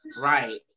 right